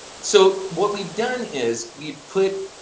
so, what we've done is we put,